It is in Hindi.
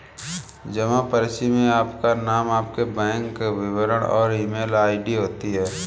जमा पर्ची में आपका नाम, आपके बैंक विवरण और ईमेल आई.डी होती है